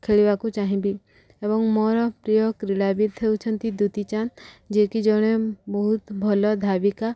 ଖେଳିବାକୁ ଚାହିଁବି ଏବଂ ମୋର ପ୍ରିୟ କ୍ରୀଡ଼ାବିତ୍ ହେଉଛନ୍ତି ଦୁତି ଚାନ୍ଦ ଯିଏକି ଜଣେ ବହୁତ ଭଲ ଧାବିକା